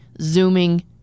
zooming